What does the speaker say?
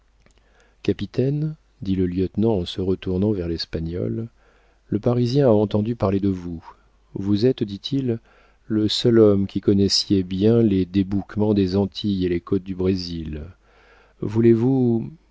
capitaine dit le lieutenant en se retournant vers l'espagnol le parisien a entendu parler de vous vous êtes dit-il le seul homme qui connaissiez bien les débouquements des antilles et les côtes du brésil voulez-vous